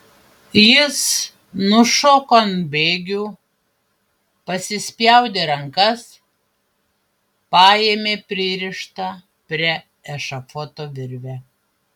jis nušoko ant bėgių pasispjaudė rankas paėmė pririštą prie ešafoto virvę